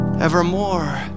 evermore